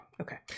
Okay